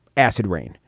acid rain?